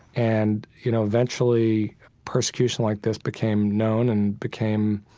and, you know, eventually persecution like this became known and became,